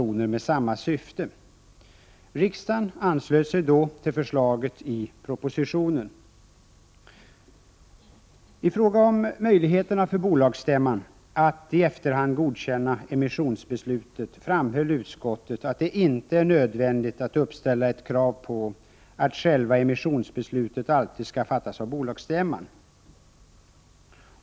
I fråga om möjligheterna för bolagsstämman att i efterhand godkänna emissionsbeslutet framhöll utskottet att det inte är nödvändigt att uppställa ett krav på att själva emissionsbeslutet alltid skall fattas av bolagsstämman.